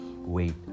Wait